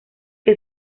que